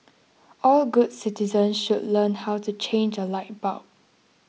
all good citizens should learn how to change a light bulb